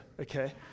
Okay